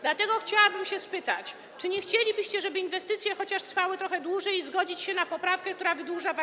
Dlatego chciałabym spytać, czy nie chcielibyście, żeby inwestycje chociaż trwały trochę dłużej i zgodzić się na poprawkę, która wydłuża vacatio legis.